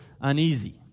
uneasy